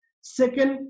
second